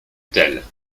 telle